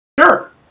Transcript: Sure